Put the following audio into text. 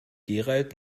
gerald